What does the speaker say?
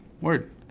word